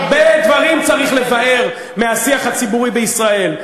הרבה דברים צריך לבער מהשיח הציבורי בישראל,